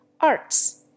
Arts